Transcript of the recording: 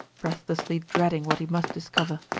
breathlessly dreading what he must discover.